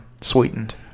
sweetened